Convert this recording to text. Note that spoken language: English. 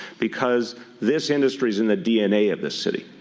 because this industry is in the dna of this city.